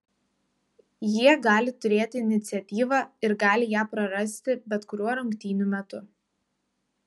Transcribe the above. jie gali turėti iniciatyvą ir gali ją prarasti bet kuriuo rungtynių metu